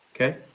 okay